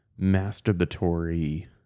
masturbatory